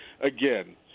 again